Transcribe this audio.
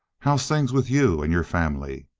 how's things with you and your family?